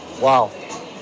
wow